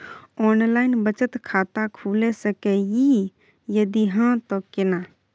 Online बचत खाता खुलै सकै इ, यदि हाँ त केना?